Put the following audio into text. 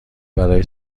برای